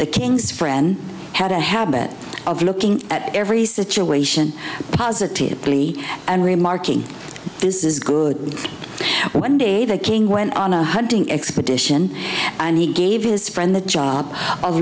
the king's friend had a habit of looking at every situation positively and remarking this is good one day the king went on a hunting expedition and he gave his friend the job